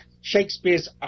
Shakespeare's